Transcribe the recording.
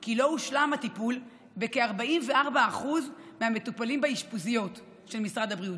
כי "לא הושלם הטיפול בכ-44% מהמטופלים באשפוזיות של משרד הבריאות".